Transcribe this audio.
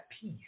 peace